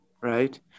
right